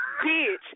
bitch